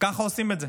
ככה עושים את זה,